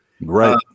Right